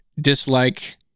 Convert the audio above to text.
dislike